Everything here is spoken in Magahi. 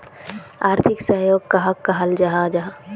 आर्थिक सहयोग कहाक कहाल जाहा जाहा?